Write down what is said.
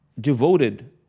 devoted